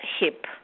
hip